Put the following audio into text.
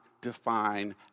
define